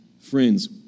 Friends